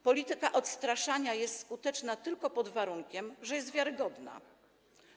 Polityka odstraszania jest skuteczna tylko pod warunkiem, że jest wiarygodna.